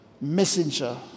messenger